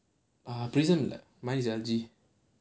ah Prism இல்ல:illa mine is L_G